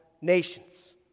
nations